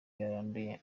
yaranduye